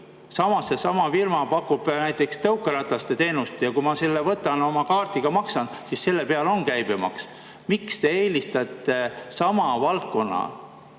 Samas seesama firma pakub näiteks tõukerataste teenust. Kui ma selle võtan ja oma kaardiga maksan, siis selle peal on käibemaks. Miks te eelistate sama valdkonna